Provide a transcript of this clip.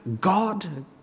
God